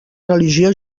religió